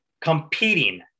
competing